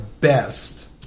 best